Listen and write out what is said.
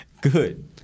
Good